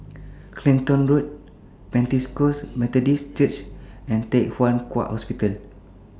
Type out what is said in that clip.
Clacton Road Pentecost Methodist Church and Thye Hua Kwan Hospital